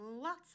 lots